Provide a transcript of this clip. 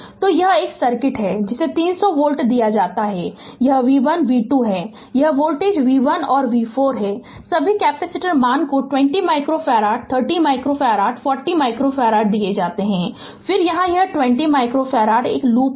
तो यह एक सर्किट है जिसे 300 वोल्ट दिया जाता है यह v1 v2 है यह वोल्टेज v1 और v 4 है सभी कैपेसिटर मान को 20 माइक्रोफ़ारड 30 माइक्रोफ़ारड 40 माइक्रोफ़ारड दिया जाता है और फिर यहाँ यह 20 माइक्रोफ़ारड एक लूप में है